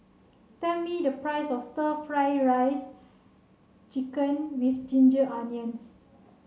tell me the price of stir fry rice chicken with ginger onions